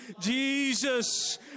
Jesus